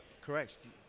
correct